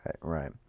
Right